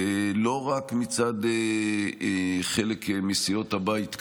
לא רק מצד חלק מסיעות הבית כאן,